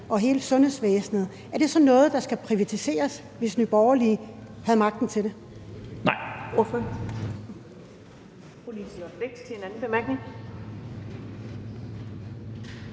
og hele sundhedsvæsenet så noget, der skal privatiseres, hvis Nye Borgerlige havde magten til det? Kl.